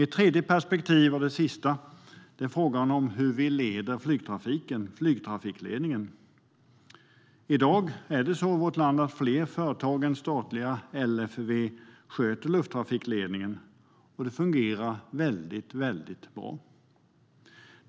Det tredje och sista perspektiv jag vill ta upp är flygtrafikledningen. I dag är det fler företag än statliga LFV som sköter lufttrafikledningen i vårt land, och det fungerar väldigt bra.